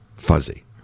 fuzzy